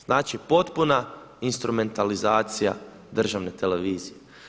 Znači potpuna instrumentalizacija državne televizije.